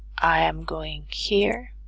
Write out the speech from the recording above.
i am going here